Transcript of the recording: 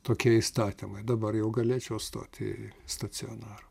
tokie įstatymai dabar jau galėčiau stoti į stacionarą